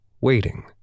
waiting